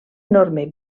enorme